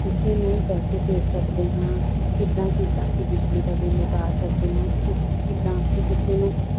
ਕਿਸੇ ਨੂੰ ਪੈਸੇ ਭੇਜ ਸਕਦੇ ਹਾਂ ਕਿੱਦਾਂ ਕਿੱਦਾ ਅਸੀਂ ਬਿਜਲੀ ਦਾ ਬਿੱਲ ਉਤਾਰ ਸਕਦੇ ਹਾਂ ਕਿਸ ਕਿੱਦਾਂ ਅਸੀਂ ਕਿਸੇ ਨੂੰ